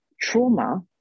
trauma